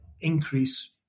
increase